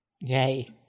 Yay